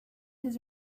his